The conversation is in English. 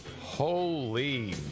Holy